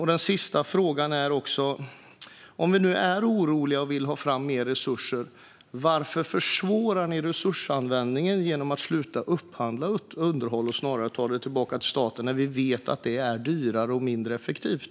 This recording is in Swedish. Min sista fråga är: Om vi nu är oroliga och vill ha fram mer resurser, varför försvårar ni då resursanvändningen genom att sluta upphandla underhåll och i stället ta det tillbaka till staten? Vi vet ju att det är dyrare och mindre effektivt.